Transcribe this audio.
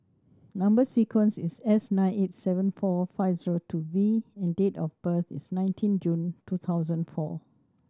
number sequence is S nine eight seven four five zero two V and date of birth is nineteen June two thousand and four